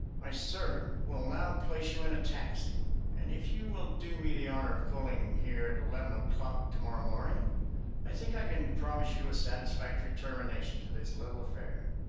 my servant will now place you in a taxi and if you will do me the honor of calling here at eleven o'clock tomorrow morning i think i can promise you a satisfactory termination to this little affair.